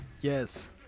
Yes